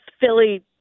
Philly